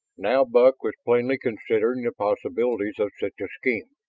now buck was plainly considering the possibilities of such a scheme.